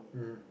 mmhmm